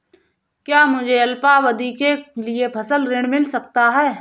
क्या मुझे अल्पावधि के लिए फसल ऋण मिल सकता है?